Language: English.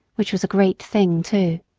which was a great thing too.